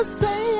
say